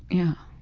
yeah.